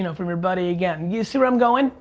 and from your buddy again, you see where i'm going?